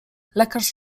lekarz